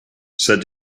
said